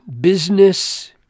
business